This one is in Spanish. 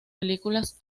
películas